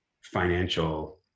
financial